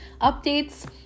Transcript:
updates